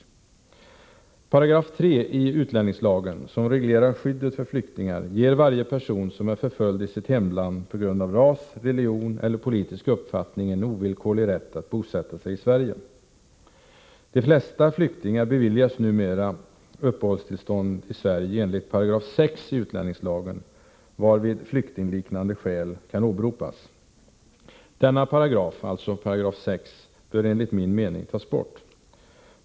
3 § utlänningslagen, som reglerar skyddet för flyktingar, ger varje person som är förföljd i sitt hemland på grund av ras, religion eller politisk uppfattning en ovillkorlig rätt att bosätta sig i Sverige. De flesta flyktingar beviljas numera uppehållstillstånd i Sverige enligt 6 § utlänningslagen, varvid ”flyktingliknande skäl” kan åberopas. Denna paragraf, alltså 6 §, bör enligt min mening tas bort.